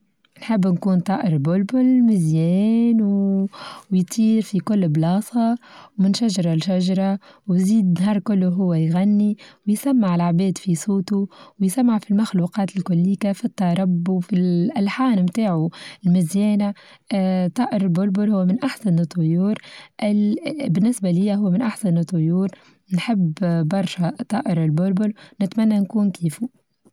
نحب نكون طائر بلبل مزيان ويطير في كل بلاصة من شجرة لشجرة وزيد الظهر كلو هو يغني ويسمع العباد في صوتو ويسمع في المخلوقات الكليكة في الطرب وفي الألحان بتاعو المزيانة آآ طائر البلبل هو من أحسن الطيور بالنسبة ليا هو من أحسن الطيور نحب برشا طائر البلبل نتمنى نكون كيفه.